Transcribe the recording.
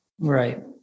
Right